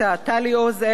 טלי עוז-אלבו,